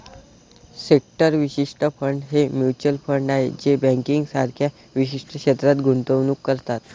sector विशिष्ट fund हे mutual fund आहेत जे बँकिंग सारख्या विशिष्ट क्षेत्रात गुंतवणूक करतात